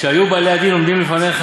"וכשיהיו בעלי הדין עומדין לפניך,